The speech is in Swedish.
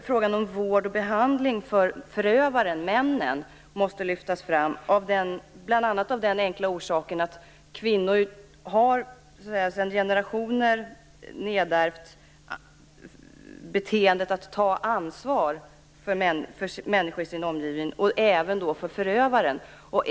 Frågan om vård och behandling för förövaren, mannen, måste också lyftas fram, bl.a. av den enkla orsaken att kvinnor sedan generationer nedärvt beteendet att ta ansvar för människor i sin omgivning - även för förövaren.